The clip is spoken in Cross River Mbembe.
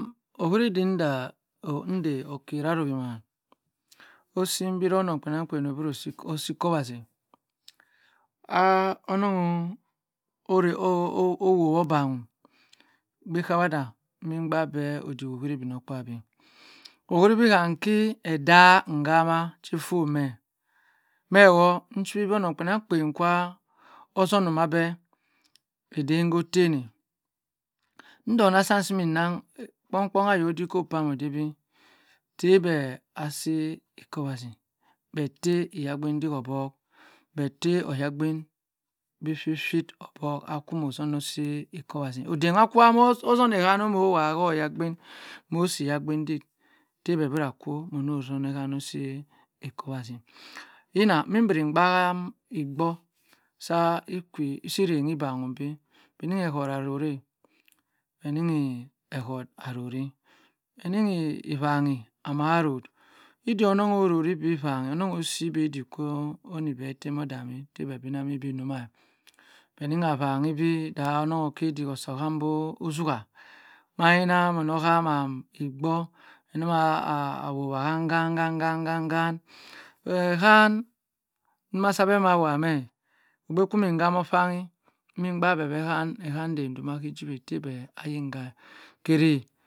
Okhari din dha ndhe okhera nongh imam mmembi ye yheronong osi ikhowazy ah onong oh whoo bi kawadh mibhabhe oddy okhari igbiomkpabi okhuri bi kham ki eddah nghamah che, fonmeh meh woh nchiwi bi onong kpienang kpien kwa ozonumabhe edden ho ttengha ndongha sum si mmi nang kpong kpon ayodiko kwam oddey bi tteh beh asi ikowhazi beh ttey iyagbin ddik obok beh ttay oyagbin bi shi shi okbock akwu moh zhomo si iknowazi oddey makwa moh zoheyan moh oyhagbin, moh si iyhagbing ddick ttay beh birah akwhu monoh ozohehan osi ikhowazy yina mibiri ngbaha igbhor sa, saydey ni bha hung bi bheni ehort arorhe beh nigni igbanghi ama rouht iddio onong igban onong osi iddik kho ni beh ettem odami heh bhe binah kibeh dumah bhe ningha gbanibi ddah onong okih iddik osah ohambo ozuah maina monohama igbor bememah whowha angan angan angan angan ehan yinah sabeh amah wha meb ogbe kimi gham okpiyin mme bha beh, ehandey dduma hijiweh heh bhe yingha